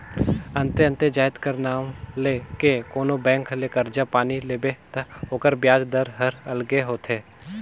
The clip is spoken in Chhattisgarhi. अन्ते अन्ते जाएत कर नांव ले के कोनो बेंक ले करजा पानी लेबे ता ओकर बियाज दर हर अलगे होथे